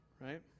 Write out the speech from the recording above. right